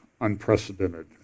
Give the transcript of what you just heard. unprecedented